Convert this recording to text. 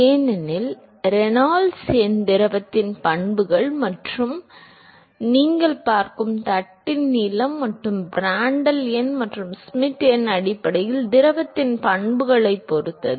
ஏனெனில் ரெனால்ட்ஸ் எண் திரவத்தின் பண்புகள் மற்றும் பண்புகள் அல்லது நீங்கள் பார்க்கும் தட்டின் நீளம் மற்றும் பிராண்ட்ட்ல் எண் மற்றும் ஷ்மிட் எண் அடிப்படையில் திரவத்தின் பண்புகளைப் பொறுத்தது